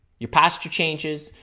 your posture changes,